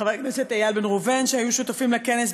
וחבר הכנסת איל בן ראובן, שהיו שותפים לכינוס.